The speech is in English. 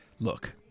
look